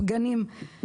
גנים.